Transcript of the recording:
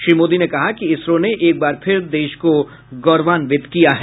श्री मोदी ने कहा कि इसरो ने एक बार फिर देश को गौरवान्वित किया है